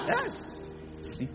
Yes